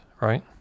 right